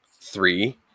three